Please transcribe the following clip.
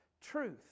truth